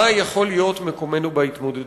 מה יכול להיות מקומנו בהתמודדות.